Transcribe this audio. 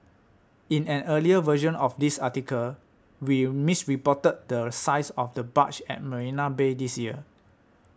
in an earlier version of this article we misreported the size of the barge at Marina Bay this year